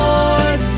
Lord